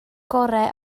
gorau